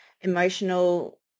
emotional